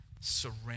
surrender